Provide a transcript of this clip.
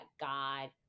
God